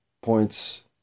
points